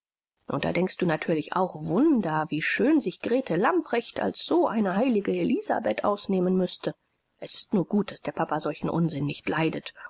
und da denkst du natürlich auch wunder wie schön sich grete lamprecht als so eine heilige elisabeth ausnehmen müßte es ist nur gut daß der papa solchen unsinn nicht leidet